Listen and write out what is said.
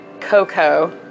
cocoa